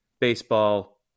baseball